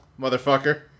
motherfucker